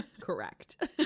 Correct